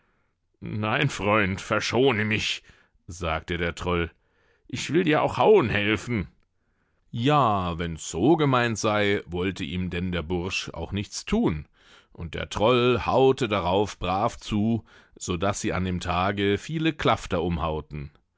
nein freund verschone mich sagte der troll ich will dir auch hauen helfen ja wenn's so gemeint sei wollte ihm denn der bursch auch nichts thun und der troll hau'te darauf brav zu so daß sie an dem tage viele klafter umhau'ten